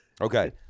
Okay